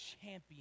champion